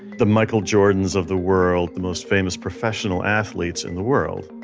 the michael jordans of the world, the most famous professional athletes in the world.